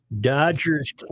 Dodgers